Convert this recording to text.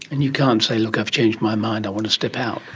and you can't say, look, i've changed my mind, i want to step out'?